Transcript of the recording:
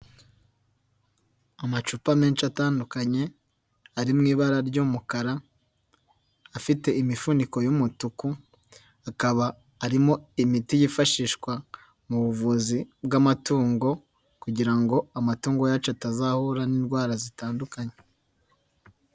Amacupa menshi atandukanye ari mu ibara ry'umukara, afite imifuniko y'umutuku, akaba arimo imiti yifashishwa mu buvuzi bw'amatungo kugira ngo amatungo yacu atazahura n'indwara zitandukanye.